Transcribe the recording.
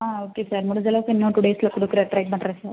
ஆ okay sir முடிஞ்சளவுக்கு இன்னும் two டேஸ்ஸில் கொடுக்க ட்ரை பண்ணுறேன் சார்